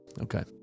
Okay